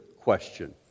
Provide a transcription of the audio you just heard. question